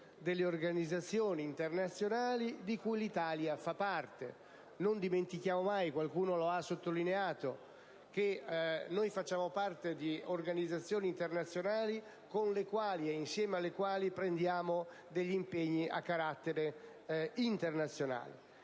delle organizzazioni internazionali di cui l'Italia fa parte. Non dimentichiamo - qualcuno lo ha sottolineato - che noi facciamo parte di organizzazioni internazionali insieme alle quali assumiamo impegni di carattere internazionale.